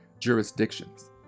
jurisdictions